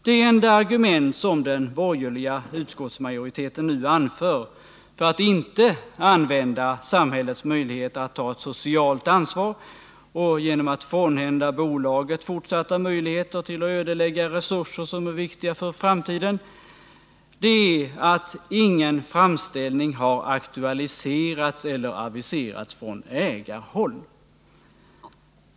Det enda argument som den borgerliga utskottsmajoriteten nu anför för att inte använda samhällets möjligheter att ta ett socialt ansvar och frånhända bolaget fortsatta möjligheter att ödelägga resurser som är viktiga för framtiden är att ”ingen framställning har aktualiserats eller aviserats från ägarhåll”.